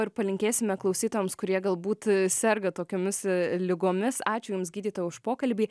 ir palinkėsime klausytojams kurie galbūt serga tokiomis ligomis ačiū jums gydytoja už pokalbį